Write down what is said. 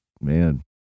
man